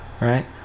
Right